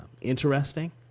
interesting